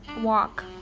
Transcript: walk